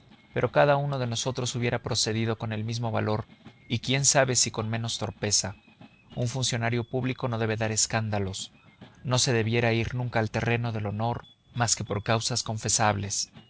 pero cada uno de nosotros hubiera procedido con el mismo valor y quién sabe si con menos torpeza un funcionario público no debe dar estos escándalos no se debiera ir nunca al terreno del honor más que por causas confesables